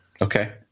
Okay